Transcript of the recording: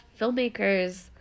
filmmakers